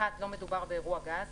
לא מדובר באירוע גז,